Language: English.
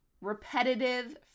repetitive